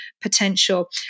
potential